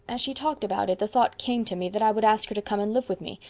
as she talked about it the thought came to me that i would ask her to come and live with me,